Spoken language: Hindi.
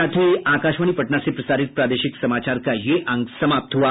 इसके साथ ही आकाशवाणी पटना से प्रसारित प्रादेशिक समाचार का ये अंक समाप्त हुआ